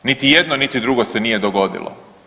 Niti jedno, niti drugo se nije dogodilo.